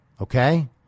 Okay